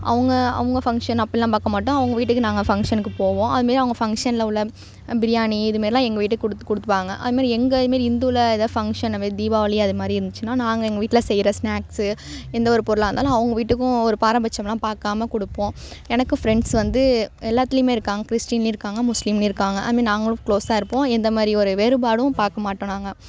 அவங்க அவங்க ஃபங்க்ஷன் அப்போல்லாம் பார்க்க மாட்டோம் அவங்க வீட்டுக்கு நாங்கள் ஃபங்க்ஷனுக்கு போவோம் அது மாரி அவங்க ஃபங்க்ஷன்ல உள்ள பிரியாணி இது மாரிலாம் எங்கள் வீட்டுக்கு குடுத் கொடுப்பாங்க அது மாரி எங்கள் அது மாரி ஹிந்துவில எதாது ஃபங்க்ஷன் அந்த மாரி தீபாவளி அது மாதிரி இருந்துச்சுன்னா நாங்கள் எங்கள் வீட்டில செய்யிற ஸ்னாக்ஸ் எந்த ஒரு பொருளாக இருந்தாலும் அவங்க வீட்டுக்கும் ஒரு பாரபட்சம்லாம் பார்க்காம கொடுப்போம் எனக்கு ஃப்ரெண்ட்ஸ் வந்து எல்லாத்துலேயுமே இருக்காங்க கிறிஸ்டின்லையும் இருக்காங்க முஸ்லீம்லையும் இருக்காங்க அது மாரி நாங்களும் க்ளோஸாக இருப்போம் எந்த மாதிரி ஒரு வேறுபாடும் பார்க்க மாட்டோம் நாங்கள்